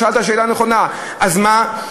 שאלת שאלה נכונה: אז מה?